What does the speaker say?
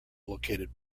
located